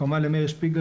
נגדיר תאריכים,